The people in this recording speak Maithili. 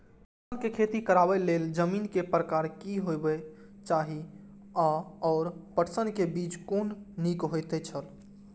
पटसन के खेती करबाक लेल जमीन के प्रकार की होबेय चाही आओर पटसन के बीज कुन निक होऐत छल?